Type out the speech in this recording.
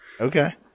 Okay